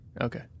okay